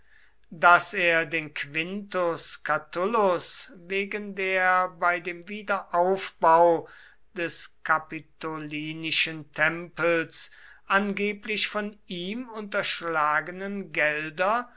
daß er den quintus catulus wegen der bei dem wiederaufbau des kapitolinischen tempels angeblich von ihm unterschlagenen gelder